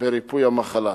בריפוי המחלה.